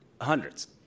hundreds